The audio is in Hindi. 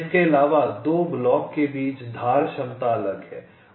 इसके अलावा 2 ब्लॉक के बीच धार क्षमता अलग हैं